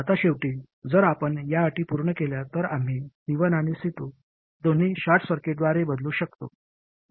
आता शेवटी जर आपण या अटी पूर्ण केल्या तर आम्ही C1 आणि C2 दोन्ही शॉर्ट सर्किट्सद्वारे बदलू शकतो